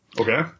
Okay